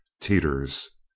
Teeters